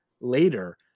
later